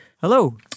Hello